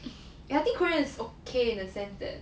ya I think korea is okay in the sense that